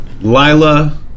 Lila